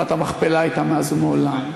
מערת המכפלה הייתה מאז ומעולם,